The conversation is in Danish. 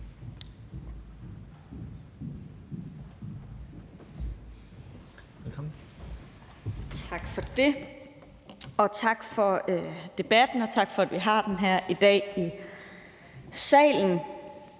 Tak for det, tak for debatten, og tak for, at vi har den her i dag i salen.